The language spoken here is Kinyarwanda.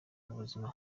ubuzima